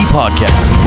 podcast